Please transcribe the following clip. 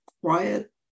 quiet